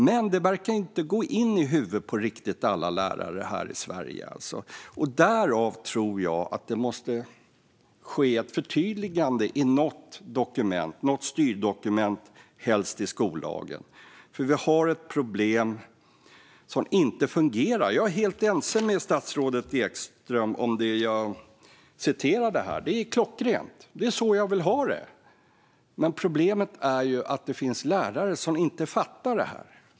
Men det verkar inte gå in i huvudet på riktigt alla lärare här i Sverige. Därför tror jag att det måste göras ett förtydligande i något styrdokument, helst i skollagen. Vi har ett problem. Här fungerar det inte. Jag är helt ense med statsrådet Ekström om det jag citerade. Det är klockrent. Det är så jag vill ha det. Men problemet är att det finns lärare som inte fattar det här.